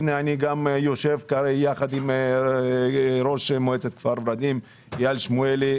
אני יושב יחד עם ראש מועצת כפר ורדים, איל שמואלי.